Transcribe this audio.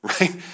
right